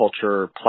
culture